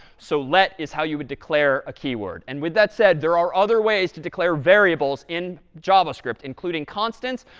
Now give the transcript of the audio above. so let is how you would declare a keyword. and with that said, there are other ways to declare variables in javascript, including constants,